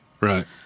right